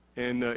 and,